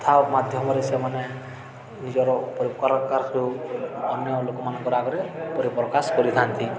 କଥା ମାଧ୍ୟମରେ ସେମାନେ ନିଜର ଅନ୍ୟ ଲୋକମାନଙ୍କର ଆଗରେ ପରିପ୍ରକାଶ କରିଥାନ୍ତି